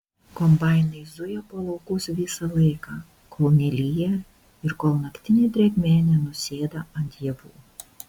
kombainai zuja po laukus visą laiką kol nelyja ir kol naktinė drėgmė nenusėda ant javų